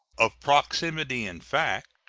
of proximity in fact,